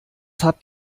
habt